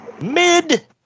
Mid